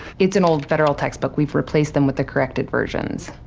it's an old federal textbook we've replaced them with the corrected versions.